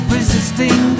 Resisting